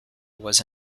was